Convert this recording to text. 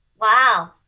Wow